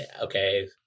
okay